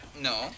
No